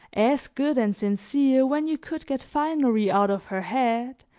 as good and sincere, when you could get finery out of her head,